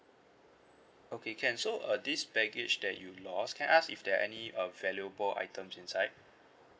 okay can so uh this baggage that you lost can I ask if there are any uh valuable items inside